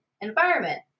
environment